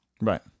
Right